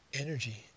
energy